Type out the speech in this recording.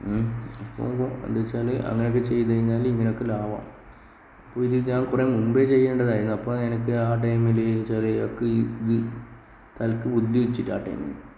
അപ്പോൾ ഒര് എന്നു വവെച്ചാല് അങ്ങനെ ഒക്കെ ചെയ്തുകഴിഞ്ഞാല് ഇങ്ങനെ ഒക്കെ ലാഭം ഇപ്പോൾ ഇത് ഞാൻ കുറെ മുൻപേ ചെയ്യേണ്ടതായിരുന്ന് അപ്പം എനിക്ക് ആ ടൈമില് എന്ന് വെച്ചാല് ഈ തലയ്ക്ക് ബുദ്ധി വച്ചില്ല